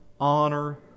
Honor